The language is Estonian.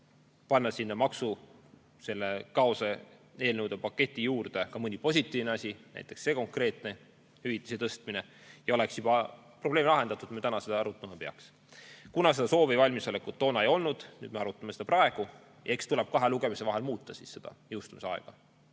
panna selle maksukaose eelnõude paketi juurde ka mõni positiivne asi, näiteks see konkreetne hüvitise tõstmine, siis olekski juba probleem lahendatud ja me täna seda arutama ei peaks. Kuna seda soovi ja valmisolekut toona ei olnud, siis me arutame seda praegu. Eks siis tuleb kahe lugemise vahel muuta seda jõustumisaega,